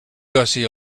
gussie